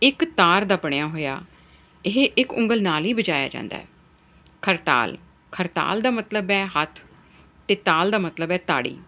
ਇੱਕ ਤਾਰ ਦਾ ਬਣਿਆ ਹੋਇਆ ਇਹ ਇੱਕ ਉਂਗਲ ਨਾਲ ਹੀ ਵਜਾਇਆ ਜਾਂਦਾ ਹੈ ਖੜਤਾਲ ਖੜਤਾਲ ਦਾ ਮਤਲਬ ਹੈ ਹੱਥ ਅਤੇ ਤਾਲ ਦਾ ਮਤਲਬ ਹੈ ਤਾੜੀ